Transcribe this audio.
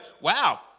wow